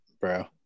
bro